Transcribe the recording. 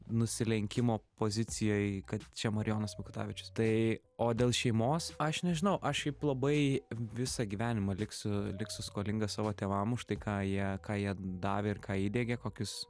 nusilenkimo pozicijoj kad čia marijonas mikutavičius tai o dėl šeimos aš nežinau aš šiaip labai visą gyvenimą liksiu liksiu skolingas savo tėvam už tai ką jie ką jie davė ir ką įdiegė kokius